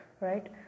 right